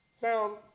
Sound